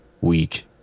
week